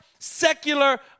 secular